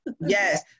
yes